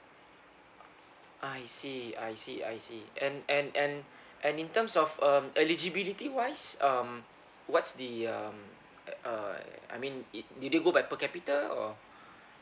I see I see I see and and and and in terms of um eligibility wise um what's the um uh I mean di~ did you go by per capita or